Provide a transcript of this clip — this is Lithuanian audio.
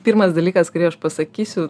pirmas dalykas kurį aš pasakysiu